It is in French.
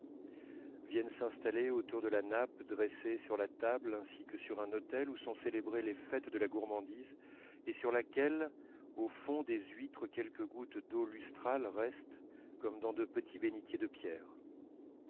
viennent s'installer autour de la nappe dressée sur la table ainsi que sur un autel où sont célébrées les fêtes de la gourmandise et sur laquelle au fond des huîtres quelques gouttes d'eau lustrale restent comme dans de petits bénitiers de pierre